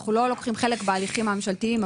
אנחנו לא לוקחים חלק בהליכים הממשלתיים,